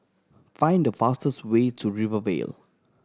find the fastest way to Rivervale